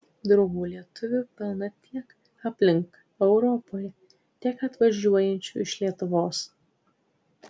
draugų lietuvių pilna tiek aplink europoje tiek atvažiuojančių iš lietuvos